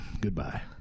goodbye